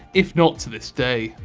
if not to this day.